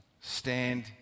Stand